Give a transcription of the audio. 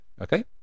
okay